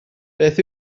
beth